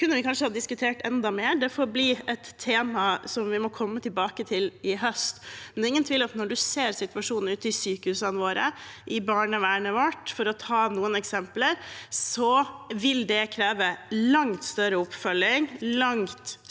det kunne vi kanskje ha diskutert enda mer. Det får bli et tema som vi må komme tilbake til i høst. Men det er ingen tvil om at når man ser situasjonen ute i sykehusene våre og i barnevernet vårt – for å ta noen eksempler – vil det kreve langt større oppfølging, langt større